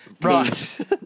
Right